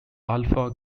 alpha